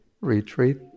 retreat